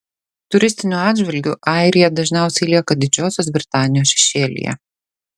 turistiniu atžvilgiu airija dažniausiai lieka didžiosios britanijos šešėlyje